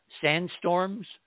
sandstorms